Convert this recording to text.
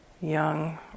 young